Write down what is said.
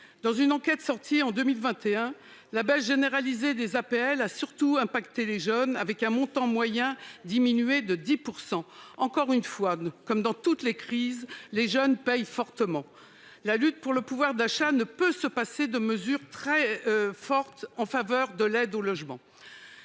dans une enquête sortie en 2021, a montré que la baisse généralisée des APL a surtout affecté les jeunes, avec un montant moyen diminué de 10 %. Encore une fois, comme dans toutes les crises, les jeunes payent fortement. La lutte pour le pouvoir d'achat ne peut se passer de mesures très fortes en faveur de l'aide au logement.